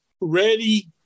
ready